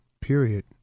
period